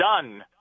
done